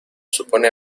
supone